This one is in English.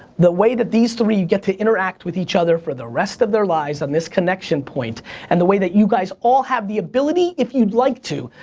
the way that these three get to interact with each other for the rest of their lives on this connection point and the way that you guys all have the ability, if you'd like to,